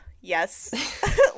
yes